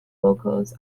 vocals